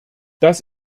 das